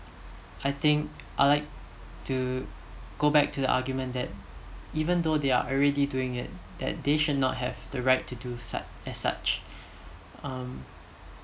I think I'd like to go back to the argument that even though they are already doing it that they should not have the right to do su~ as such um